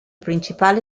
principale